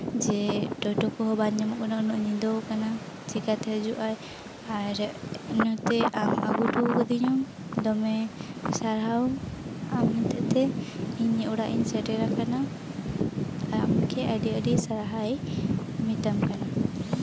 ᱡᱮ ᱴᱳᱴᱳ ᱠᱚᱦᱚᱸ ᱵᱟᱝ ᱧᱟᱢᱚᱜ ᱠᱟᱱᱟ ᱩᱱᱟᱹᱜ ᱧᱤᱫᱟᱹ ᱟᱠᱟᱱᱟ ᱪᱤᱠᱟᱹᱛᱮ ᱦᱤᱡᱩᱜ ᱟᱭ ᱟᱨ ᱤᱱᱟᱹᱛᱮ ᱟᱢ ᱟᱹᱜᱩ ᱦᱚᱴᱚ ᱠᱟᱹᱫᱤᱧᱟᱢ ᱫᱚᱢᱮ ᱥᱟᱨᱦᱟᱣ ᱟᱢ ᱦᱚᱛᱮᱡᱛᱮ ᱤᱧᱟᱹᱜ ᱚᱲᱟᱜ ᱤᱧ ᱥᱮᱴᱮᱨ ᱟᱠᱟᱱᱟ ᱟᱢᱜᱮ ᱟᱹᱰᱤ ᱟᱹᱰᱤ ᱥᱟᱨᱦᱟᱣᱤᱧ ᱢᱮᱛᱟᱢ ᱠᱟᱱᱟ